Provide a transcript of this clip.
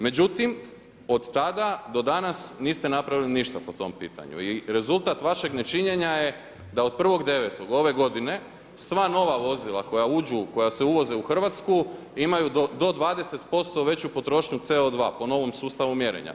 Međutim, od tada do danas niste napravili ništa po tom pitanju i rezultat vašeg nečinjenja je da od 1.9. ove godine sva nova vozila koja uđu, koja se uvoze u Hrvatsku imaju do 20% veću potrošnju CO2 po novom sustavu mjerenja.